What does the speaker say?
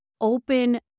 open